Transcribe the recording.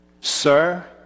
Sir